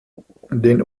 den